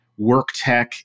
WorkTech